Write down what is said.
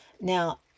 Now